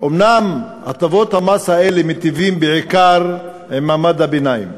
אומנם הטבות המס האלה מיטיבות בעיקר עם מעמד הביניים,